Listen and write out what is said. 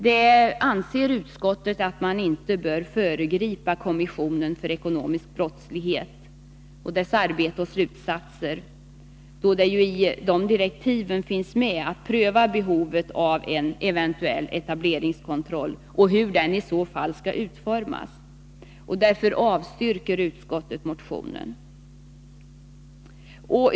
Utskottet anser att man inte bör föregripa kommissionens för ekonomisk brottslighet arbete och slutsatser, då det i kommissionens direktiv finns med att den skall pröva behovet av en eventuell etableringskontroll och diskutera hur den i så fall skall utformas. Därför avstyrker utskottet motionen.